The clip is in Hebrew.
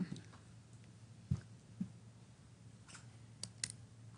מי בעד, מי נגד?